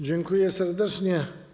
Dziękuję serdecznie.